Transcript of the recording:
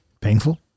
Painful